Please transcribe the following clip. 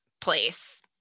place